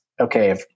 Okay